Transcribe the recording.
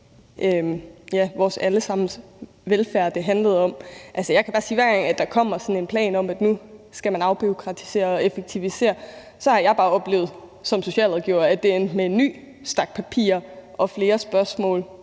vores alle sammens velfærd, kan jeg bare sige, at hver gang der kommer sådan en plan om, at nu skal man afbureaukratisere og effektivisere, har jeg som socialrådgiver oplevet, at det endte med en ny stak papirer og flere spørgsmål